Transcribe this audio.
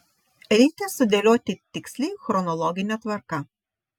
reikia sudėlioti tiksliai chronologine tvarka